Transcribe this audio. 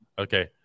Okay